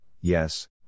yes